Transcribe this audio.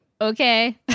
okay